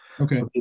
Okay